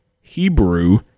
Hebrew